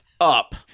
up